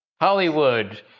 Hollywood